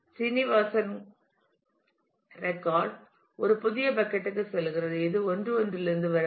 Srinivasan record ஒரு புதிய packet க்கு செல்கிறது இது 1 1 இலிருந்து வருகிறது